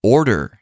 Order